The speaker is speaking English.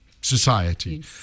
society